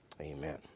Amen